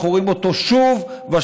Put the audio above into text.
אנחנו רואים אותו שוב ושוב,